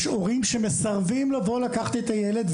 יש הורים שמסרבים לבוא לקחת את הילד.